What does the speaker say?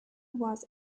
was